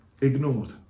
ignored